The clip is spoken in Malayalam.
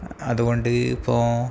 അതുകൊണ്ട് ഇപ്പോൾ